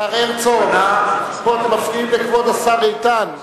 השר הרצוג, אתם מפריעים לכבוד השר איתן.